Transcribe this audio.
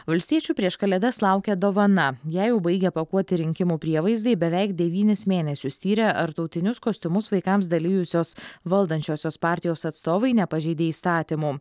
valstiečių prieš kalėdas laukia dovana ją jau baigia pakuoti rinkimų prievaizdai beveik devynis mėnesius tyrę ar tautinius kostiumus vaikams dalijusios valdančiosios partijos atstovai nepažeidė įstatymų